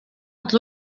els